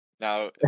Now